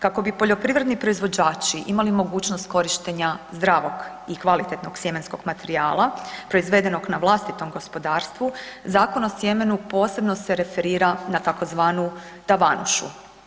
Kako bi poljoprivredni proizvođači imali mogućnost korištenja zdravog i kvalitetnog sjemenskog materijala, proizvedenog na vlastitom gospodarstvu, Zakon o sjemenu posebno se referira na tzv. tavanušu.